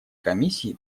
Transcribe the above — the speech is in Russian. комиссии